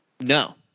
No